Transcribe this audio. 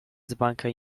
dzbanka